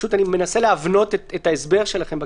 אני מנסה להבנות את ההסבר שלכם.